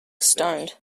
stoned